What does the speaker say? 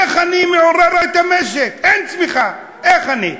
איך אני מעוררת את המשק, אין צמיחה, איך אני?